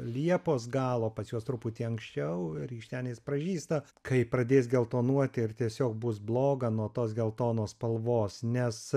liepos galo pas juos truputį anksčiau rykštenės pražysta kai pradės geltonuoti ir tiesiog bus bloga nuo tos geltonos spalvos nes